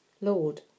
Lord